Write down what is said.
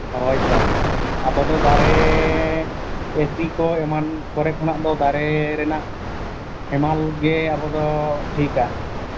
ᱦᱳᱭ ᱛᱚ ᱟᱵᱚ ᱫᱚ ᱫᱟᱨᱮ ᱮᱹᱥᱤ ᱠᱚ ᱮᱢᱟᱱ ᱠᱚᱨᱮ ᱠᱷᱚᱱᱟᱜ ᱫᱚ ᱫᱟᱨᱮ ᱨᱮᱱᱟᱜ ᱦᱮᱢᱟᱞ ᱜᱮ ᱟᱵᱚ ᱫᱚ ᱴᱷᱤᱠᱼᱟ